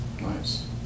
Nice